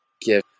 give